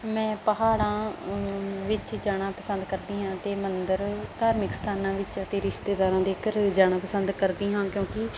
ਮੈਂ ਪਹਾੜਾਂ ਵਿੱਚ ਜਾਣਾ ਪਸੰਦ ਕਰਦੀ ਹਾਂ ਅਤੇ ਮੰਦਰ ਧਾਰਮਿਕ ਅਸਥਾਨਾਂ ਵਿੱਚ ਅਤੇ ਰਿਸ਼ਤੇਦਾਰਾਂ ਦੇ ਘਰ ਜਾਣਾ ਪਸੰਦ ਕਰਦੀ ਹਾਂ ਕਿਉਂਕਿ